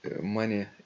money